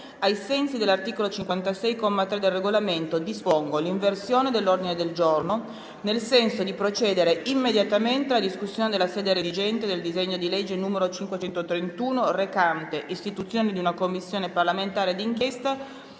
ai sensi dell'articolo 56, comma 3, del Regolamento, dispongo l'inversione dell'ordine del giorno, nel senso di procedere immediatamente alla discussione dalla sede redigente del disegno di legge n. 531, recante «Istituzione di una Commissione parlamentare di inchiesta